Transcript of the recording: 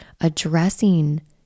Addressing